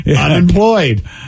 Unemployed